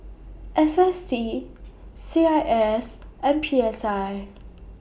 S S T C I S and P S I